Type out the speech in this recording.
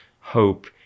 hope